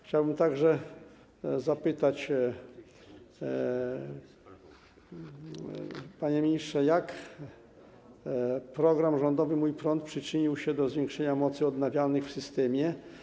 Chciałbym także zapytać, panie ministrze, jak program rządowy „Mój prąd” przyczynił się do zwiększenia mocy odnawialnej w systemie.